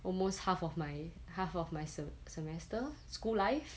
almost half of my half of my semester school life